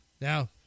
Now